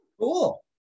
cool